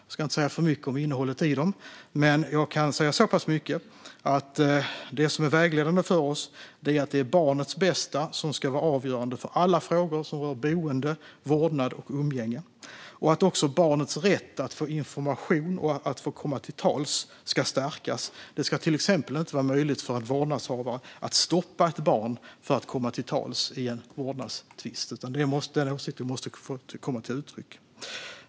Jag ska inte säga för mycket om innehållet i dem, men jag kan säga så mycket som att det som är vägledande för oss är att det är barnets bästa som ska vara avgörande i alla frågor som rör boende, vårdnad och umgänge samt att barnets rätt att få information och komma till tals ska stärkas. Det ska till exempel inte vara möjligt för en vårdnadshavare att stoppa ett barn från att komma till tals i en vårdnadstvist. Den åsikten måste få komma till uttryck.